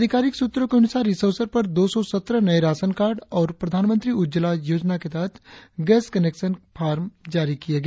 अधिकारिक सूत्रों के अनुसार इस अवसर पर दो सौ सत्रह नए राशन कार्ड और प्रधानमंत्री उज्जवला योजना के तहत गैस कनेक्शन फॉर्म जारी किया गया